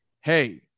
Hey